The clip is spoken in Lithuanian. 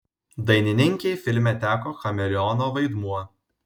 dainininkei filme teko chameleono vaidmuo